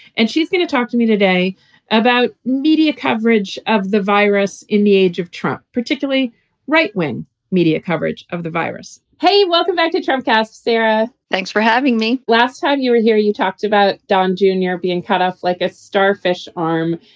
and she's going to talk to me today about media coverage of the virus in the age of trump, particularly right wing media coverage of the virus. hey, welcome back to trump cast. sarah thanks for having me. last time you were here, you talked about don junior being cut off like a starfish arm.